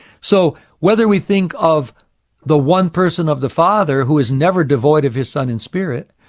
so whether we think of the one person of the father, who is never devoid of his son and spirit,